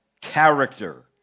character